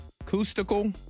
Acoustical